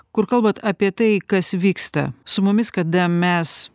kur kalbat apie tai kas vyksta su mumis kada mes